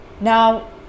Now